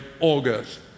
August